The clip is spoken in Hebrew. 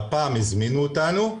הפעם הזמינו אותנו,